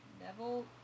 Neville